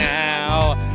now